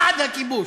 בעד הכיבוש.